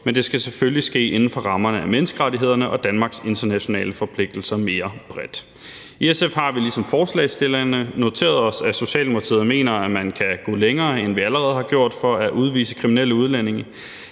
Men det skal selvfølgelig ske inden for rammerne af menneskerettighederne og inden for Danmarks internationale forpligtelser i mere bred forstand. I SF har vi ligesom forslagsstillerne noteret os, at Socialdemokratiet mener, at vi kan gå længere, end vi allerede har gjort, for at udvise kriminelle udlændinge.